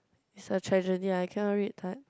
it's a tragedy I cannot read